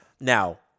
Now